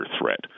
threat